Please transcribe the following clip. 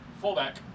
Fullback